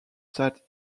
that